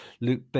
Luke